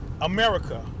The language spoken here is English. America